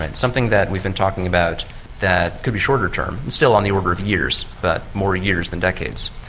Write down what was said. and something that we've been talking about that could be shorter term, and still in um the order of years but more years than decades,